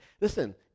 Listen